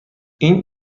این